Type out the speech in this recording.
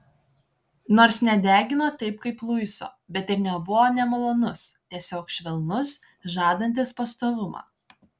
nors nedegino taip kaip luiso bet ir nebuvo nemalonus tiesiog švelnus žadantis pastovumą